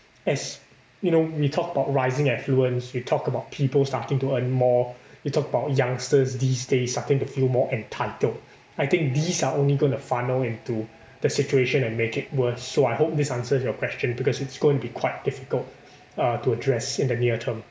as you know we talked about rising affluence you talk about people starting to earn more we talked about youngsters these days starting to feel more entitled I think these are only going to funnel into the situation and make it worse so I hope this answers your question because it's going be quite difficult uh to address in the near term